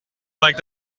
like